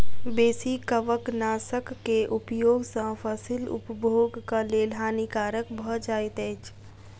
बेसी कवकनाशक के उपयोग सॅ फसील उपभोगक लेल हानिकारक भ जाइत अछि